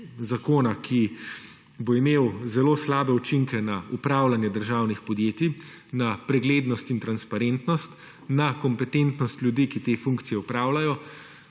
zakona, ki bo imel zelo slabe učinke na upravljaje državnih podjetij na preglednost in transparentnost, na kompetentnost ljudi, ki te funkcije opravljajo,